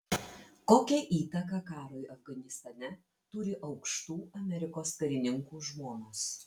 kokią įtaką karui afganistane turi aukštų amerikos karininkų žmonos